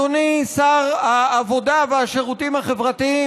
אדוני שר העבודה והשירותים החברתיים,